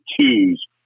twos